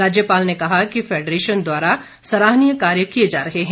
राज्यपाल ने कहा कि फैडरेशन द्वारा सराहनीय कार्य किए जा रहे है